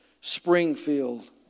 Springfield